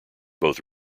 both